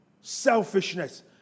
Selfishness